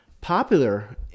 popular